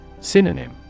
Synonym